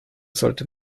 sollte